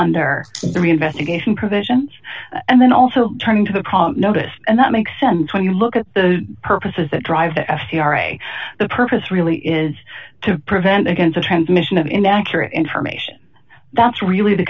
under the reinvestigation provisions and then also turning to the proper notice and that makes sense when you look at the purposes that drive the s t r a the purpose really is to prevent against transmission of inaccurate information that's really the